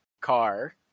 car